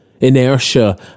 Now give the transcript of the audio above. inertia